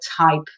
type